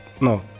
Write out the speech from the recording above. No